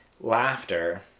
Laughter